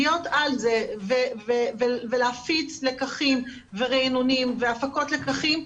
להיות על זה ולהפיץ לקחים וריענונים והפקות לקחים,